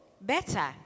Better